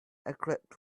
equipped